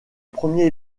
premier